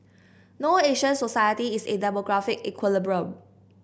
no Asian society is in demographic equilibrium